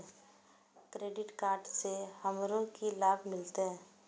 Credit card से हमरो की लाभ मिलते?